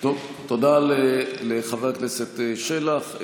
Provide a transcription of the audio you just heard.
טוב, תודה לחבר הכנסת שלח.